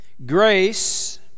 Grace